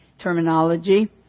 terminology